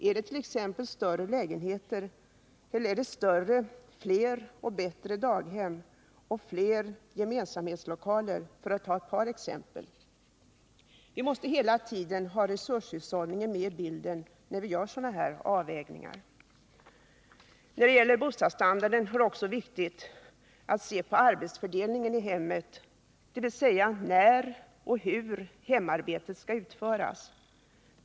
Behöver de större lägenheter, fler och bättre daghem och fler gemensamhetslokaler, för att ta ett par exempel? Vi måste hela tiden ha resurshushållningen med i bilden, när vi gör sådana här avvägningar. När det gäller bostadsstandarden är det också viktigt att se på arbetsfördelningen i hemmet, dvs. när och hur hemarbetet skall utföras.